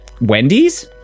Wendy's